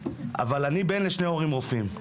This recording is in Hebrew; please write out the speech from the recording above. אבל אני בן לשני הורים רופאים,